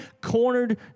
cornered